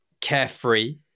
carefree